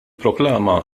proklama